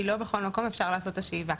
כי לא בכל מקום אפשר לעשות את השאיבה.